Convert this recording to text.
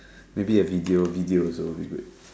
maybe a video video also will be good